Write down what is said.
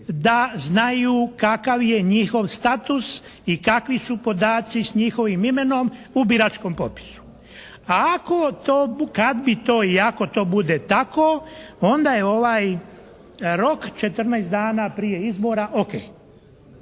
da znaju kakav je njihov status i kakvi su podaci s njihovim imenom u biračkom popisu, a ako, kad bi to i ako to bude tako onda je ovaj rok 14 dana prije izbora ok.